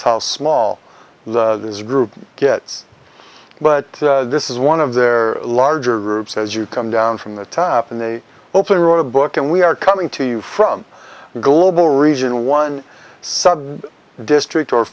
sell small the group gets but this is one of their larger groups as you come down from the top and they open wrote a book and we are coming to you from global region one sub district or